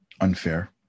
unfair